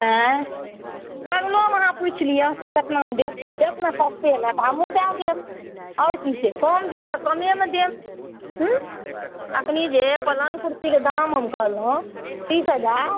आँइ बगलोमे अहाँ पुछि लिअ कि कतनामे देत देउक ने सस्तेमे तऽ हमहुँ दए देब आओर की छै कम देब तऽ कमेमे देब हूँ एखनी जे पलङ्ग कुर्सीके दाम हम कहलहुँ तीस हजार